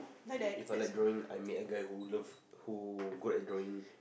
If I like drawing I met a guy who loves who good at drawing